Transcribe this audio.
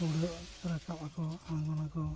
ᱩᱰᱟᱹᱣ ᱨᱟᱠᱟᱵᱼᱟᱠᱚ ᱟᱬᱜᱚᱱᱟᱠᱚ